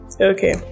Okay